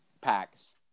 packs